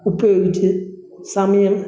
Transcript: ഉപയോഗിച്ച് സമയം